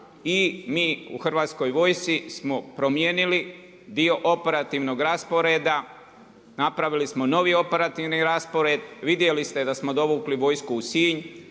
i mi u Hrvatskoj vojsci smo promijenili dio operativnog rasporeda, napravili smo novi operativni raspored, vidjeli ste da smo dovukli vojsku u Sinj.